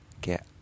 get